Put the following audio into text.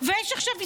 ויש עכשיו עסקה.